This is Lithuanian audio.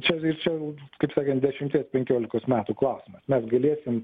čia greičiau kaip sakanat dešimties penkiolikos metų klausimas mes galėsim